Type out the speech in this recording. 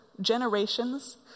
generations